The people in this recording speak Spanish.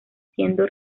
siendo